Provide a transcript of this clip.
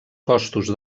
costos